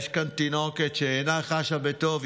יש כאן תינוקת שאינה חשה בטוב,